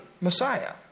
Messiah